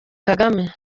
kagame